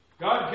God